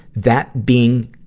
that being,